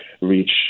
reach